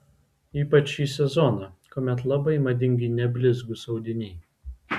ypač šį sezoną kuomet labai madingi neblizgūs audiniai